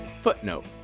Footnote